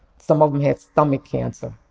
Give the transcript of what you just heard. some of em had stomach cancer.